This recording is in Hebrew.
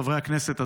חברי הכנסת,